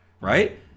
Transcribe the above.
right